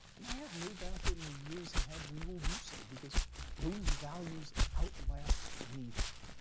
and i have no doubt that, in the years ahead, we will do so, because those values outlast anything.